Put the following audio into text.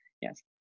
Yes